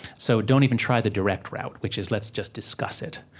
so don't even try the direct route, which is, let's just discuss it.